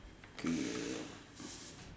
okay